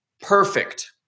Perfect